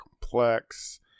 complex